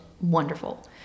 wonderful